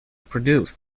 produced